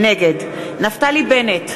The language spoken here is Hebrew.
נגד נפתלי בנט,